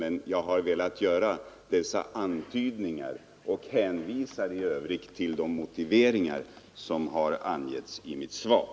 Men jag har velat göra dessa antydningar och hänvisar i övrigt till de motiveringar som har angetts i mitt svar.